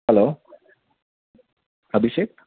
hello Abhishek